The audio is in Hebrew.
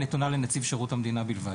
היא נתונה לנציב שירות המדינה בלבד.